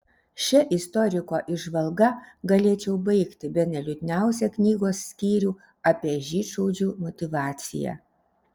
šia istoriko įžvalga galėčiau baigti bene liūdniausią knygos skyrių apie žydšaudžių motyvaciją